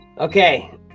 Okay